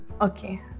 Okay